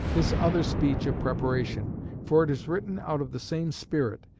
this other speech of preparation for it is written out of the same spirit,